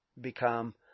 become